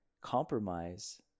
compromise